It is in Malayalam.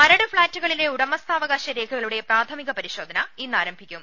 മരട് ഫ്ളാറ്റുകളിലെ ഉടമസ്ഥാവകാശ രേഖകളുടെ പ്രാഥമിക പരിശോധന ഇന്നാരംഭിക്കും